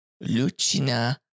Lucina